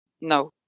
no